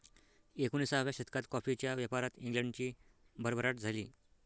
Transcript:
एकोणिसाव्या शतकात कॉफीच्या व्यापारात इंग्लंडची भरभराट झाली